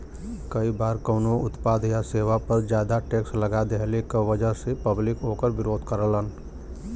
कई बार कउनो उत्पाद या सेवा पर जादा टैक्स लगा देहले क वजह से पब्लिक वोकर विरोध करलन